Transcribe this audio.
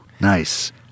Nice